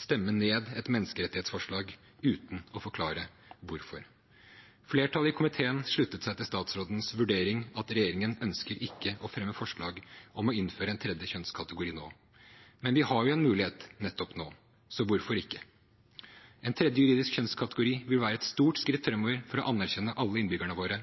stemme ned et menneskerettighetsforslag uten å forklare hvorfor. Flertallet i komiteen slutter seg til statsrådens vurdering om at regjeringen ikke ønsker å fremme forslag om å innføre en tredje kjønnskategori nå. Men vi har jo en mulighet nettopp nå, så hvorfor ikke? En tredje juridisk kjønnskategori vil være et stort skritt framover for å anerkjenne alle innbyggerne våre